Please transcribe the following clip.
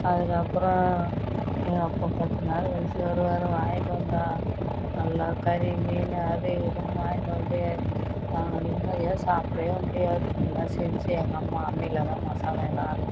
அதுக்கப்புறம் எங்கள் அப்பா பத்து நாள் கழிச்சி வருவார் வாங்கிகிட்டு வந்தால் நல்லா கறி மீன் அது இதுன்னு வாங்கிகிட்டு வந்து நாங்கள் நிம்மதியாக சாப்பிடயே முடியாது எல்லாம் செஞ்சு எங்கள் அம்மா அம்மியில்தான் மசாலா எல்லாம் அரைக்கும்